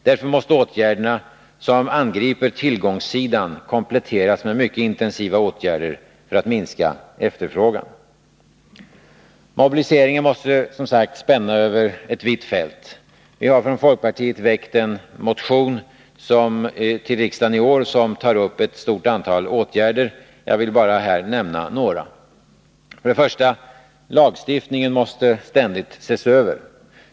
Därför måste åtgärderna som angriper tillgångssidan kompletteras med mycket intensiva åtgärder för att minska efterfrågan. Mobiliseringen måste spänna över ett vitt fält. Vi har från folkpartiet väckt en motion till riksdagen i år. I den föreslår vi ett stort antal åtgärder. Jag skall här bara nämna några. Lagstiftningen måste ses över.